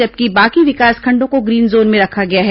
जबकि बाकी विकासखंडों को ग्रीन जोन में रखा गया है